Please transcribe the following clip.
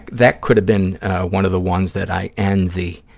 that could have been one of the ones that i end the